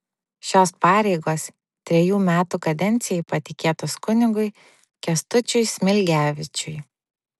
šios pareigos trejų metų kadencijai patikėtos kunigui kęstučiui smilgevičiui